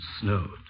snowed